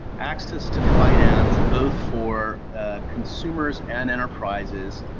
access to finance, both for consumers and enterprises,